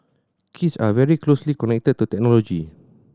kids are very closely connected to technology